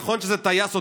נכון שזה טייס אוטומטי,